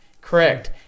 correct